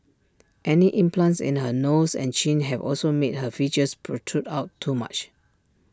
any implants in her nose and chin have also made her features protrude out too much